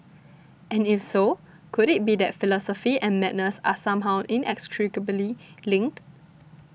and if so could it be that philosophy and madness are somehow inextricably linked